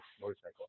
motorcycle